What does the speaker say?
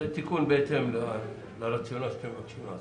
זה תיקון לרציונל שאתם מבקשים לעשות.